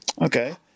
okay